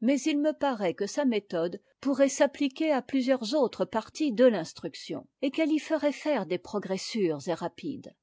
mais il me paraît que sa méthode pourrait s'appliquer à plusieurs autres parties de l'instruction et qu'elle y ferait faire des progrès sûrs et rapides